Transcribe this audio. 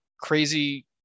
crazy